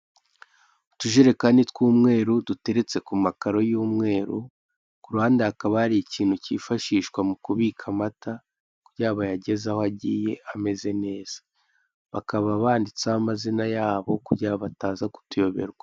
Utujerekani tw'umweru duteretse kumakaro y'umweru, kuruhande hakaba hari ikintu kifashishwa mukubika amata, kugira bayageze aho agiye ameze neza. Bakaba banditseho amazina ya bo kugira bataza kutuyoberwa.